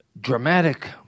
dramatic